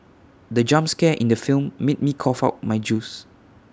the jump scare in the film made me cough out my juice